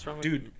Dude